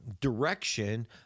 direction